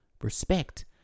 respect